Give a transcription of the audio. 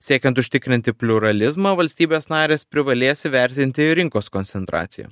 siekiant užtikrinti pliuralizmą valstybės narės privalės įvertinti ir rinkos koncentraciją